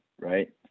Right